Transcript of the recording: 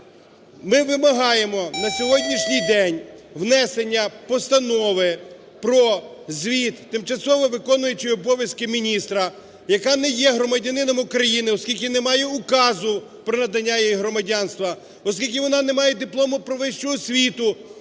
Ми вимагаємо на сьогоднішній день внесення постанови про звіт тимчасово виконуючої обов'язки міністра, яка не є громадянином України, оскільки не має указу про надання їй громадянства, оскільки вона не має диплому про вищу освіту,